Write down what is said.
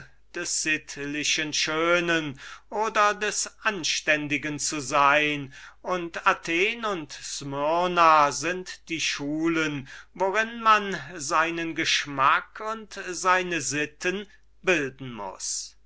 des sittlichen schönen oder des anständigen zu sein und athen und smyrna sind die schulen worin man seinen geschmack und seine sitten bilden muß